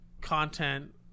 content